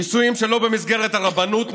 נישואים שלא במסגרת הרבנות,